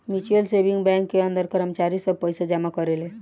mutual saving bank के अंदर कर्मचारी सब पइसा जमा करेले